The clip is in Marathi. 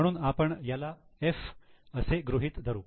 म्हणून आपण याला 'F' असे गृहीत धरू